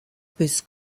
bis